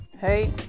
Hey